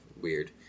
weird